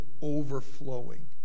overflowing